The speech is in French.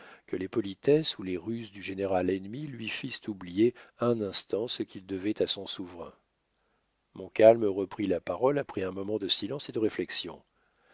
que les politesses ou les ruses du général ennemi lui fissent oublier un instant ce qu'il devait à son souverain montcalm reprit la parole après un moment de silence et de réflexion